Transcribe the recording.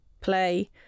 play